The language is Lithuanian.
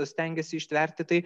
stengiasi ištverti tai